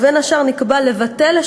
ובין השאר נקבע לבטל,